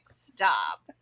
stop